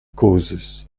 cozes